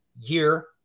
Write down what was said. year